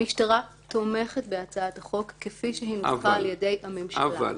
המשטרה תומכת בהצעת החוק כפי שהונחה על-ידי הממשלה -- אבל,